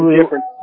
different